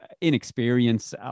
inexperience